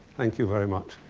thank you very much.